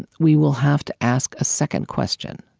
and we will have to ask a second question,